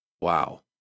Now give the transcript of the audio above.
Wow